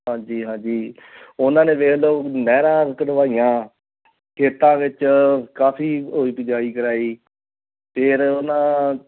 ਹਾਂਜੀ ਹਾਂਜੀ ਉਹਨਾਂ ਨੇ ਵੇਖ ਲਓ ਨਹਿਰਾਂ ਕਢਵਾਈਆਂ ਖੇਤਾਂ ਵਿੱਚ ਕਾਫੀ ਉਹ ਬਿਜਾਈ ਕਰਾਈ ਫਿਰ ਉਹਨਾਂ